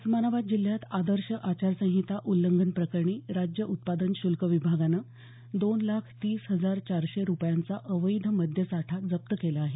उस्मानाबाद जिल्ह्यात आदर्श अचार संहिता उल्लंघनप्रकरणी राज्य उत्पादन शुल्क विभागानं दोन लाख तीस हजार चारशे रुपयांचा अवैध मद्यसाठा जप्त केला आहे